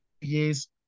years